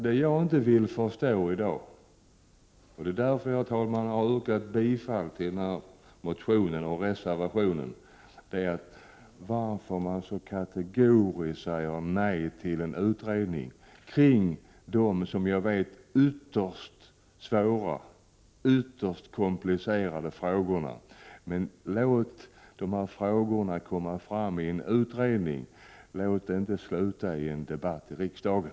Det jag inte kan förstå i dag — det är därför jag har yrkat bifall till motionen och reservationen — är varför utskottsmajoriteten så kategoriskt säger nej till en utredning kring dessa ytterst svåra och komplicerade frågor. Låt dessa frågor komma fram i en utredning! Låt det inte sluta i en debatt i riksdagen!